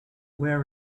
where